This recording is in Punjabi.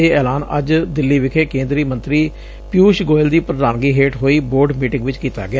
ਇਹ ਐਲਾਨ ਅੱਜ ਦਿੱਲੀ ਵਿਖੇ ਕੇਂਦਰੀ ਮੰਤਰੀ ਪਿਉਸ਼ ਗੋਇਲ ਦੀ ਪ੍ਰਧਾਨਗੀ ਹੈਂਠ ਹੋਈ ਬੋਰਡ ਮੀਟਿੰਗ ਵਿੱਚ ਕੀਤਾ ਗਿਆ